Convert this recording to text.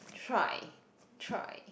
try try